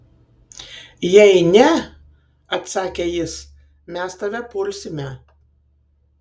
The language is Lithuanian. jei ne atsakė jis mes tave pulsime